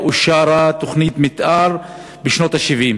אושרה תוכנית מתאר בשנות ה-70.